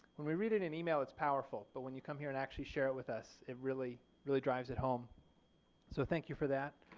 when we read in an email it's powerful, but when you come here and actually share with us, it really really drives at home so thank you for that.